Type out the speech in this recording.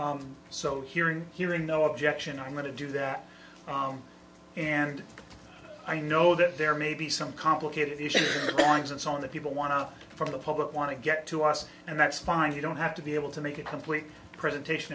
ok so hearing hearing no objection i'm going to do that and i know that there may be some complicated issues the bags and some of the people want out for the public want to get to us and that's fine you don't have to be able to make a complete presentation